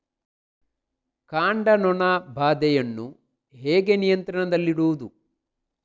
ಕಾಂಡ ನೊಣ ಬಾಧೆಯನ್ನು ಹೇಗೆ ನಿಯಂತ್ರಣದಲ್ಲಿಡುವುದು?